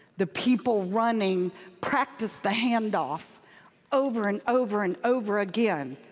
the people running practice the handoff over, and over, and over again.